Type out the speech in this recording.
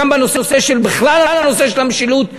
גם בכלל בנושא של המשילות,